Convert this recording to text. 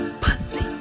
pussy